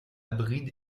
bride